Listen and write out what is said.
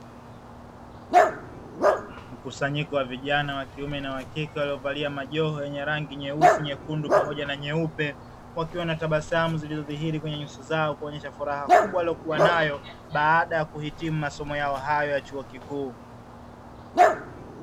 Mkusanyiko wa vijana wa kiume na kike waliovalia majoho yenye rangi nyeusi, nyekundu pamoja na nyeupe; wakiwa na tabasamu zilizodhihiri kwenye nyuso zao kuonyesha furaha kubwa waliyo kuwa nayo baada ya kuhitimu masomo yao hayo ya chuo kikuu.